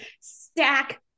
stack